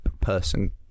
person